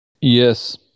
Yes